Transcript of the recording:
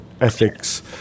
ethics